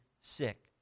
sick